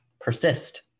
persist